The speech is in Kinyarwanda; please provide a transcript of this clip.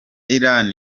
iran